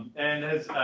and has